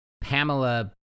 Pamela